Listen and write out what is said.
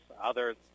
Others